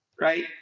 Right